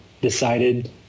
decided